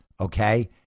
Okay